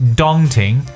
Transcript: daunting